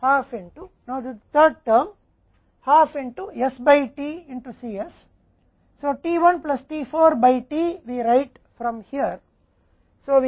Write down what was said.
अब हमने यह लिखा है कि सरलीकरण पर हमें D Q C naught Cc 2 IM वर्ग से Q में 1 D P ½ Cs s वर्ग Q 1 d P